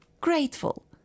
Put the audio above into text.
grateful